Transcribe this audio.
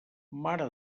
mare